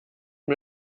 mir